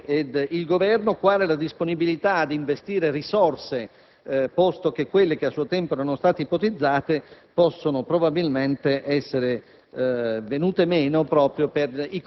tra Comune, Regione e Governo? Quale la disponibilità ad investire risorse, posto che quelle a suo tempo ipotizzate possono probabilmente essere